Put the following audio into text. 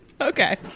Okay